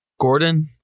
Gordon